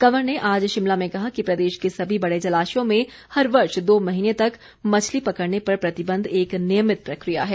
कंवर ने आज शिमला में कहा कि प्रदेश के सभी बड़े जलाशयों में हर वर्ष दो महीने तक मछली पकड़ने पर प्रतिबंध एक नियमित प्रक्रिया है